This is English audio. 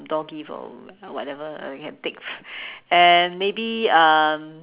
door-gift or whatever uh can take and maybe um